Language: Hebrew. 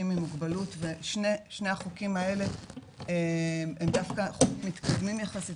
עם מוגבלות ושני החוקים האלה הם דווקא חוקים מתקדמים יחסית